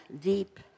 deep